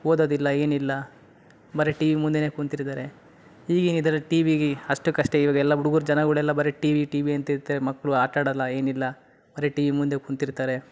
ಓದೋದಿಲ್ಲ ಏನಿಲ್ಲ ಬರೀ TV ಮುಂದೇನೆ ಕುಳ್ತಿರ್ತಾರೆ ಈಗಿನ ಇದ್ರಲ್ಲಿ ಟಿ ವಿಲ್ಲಿ ಅಷ್ಟಕ್ಕಷ್ಟೆ ಇವಾಗೆಲ್ಲ ಹುಡುಗ್ರು ಜನಗಳೆಲ್ಲ ಬರೀ ಟಿ ವಿ ಟಿ ವಿ ಅಂತಿರ್ತಾರೆ ಮಕ್ಕಳು ಆಟಾಡೋಲ್ಲ ಏನಿಲ್ಲ ಬರೀ ಟಿ ವಿ ಮುಂದೆ ಕುಳ್ತಿರ್ತಾರೆ